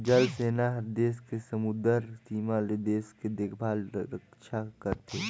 जल सेना हर देस के समुदरर सीमा ले देश के देखभाल रक्छा करथे